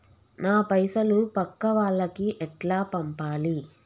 నా పైసలు పక్కా వాళ్లకి ఎట్లా పంపాలి?